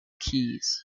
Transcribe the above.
keyes